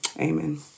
amen